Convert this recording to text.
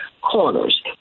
corners